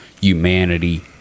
humanity